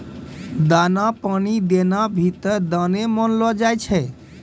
दाना पानी देना भी त दाने मानलो जाय छै